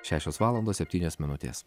šešios valandos septynios minutės